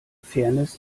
fairness